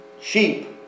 sheep